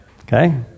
Okay